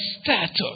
status